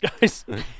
guys